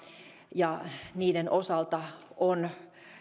ja niiden osalta on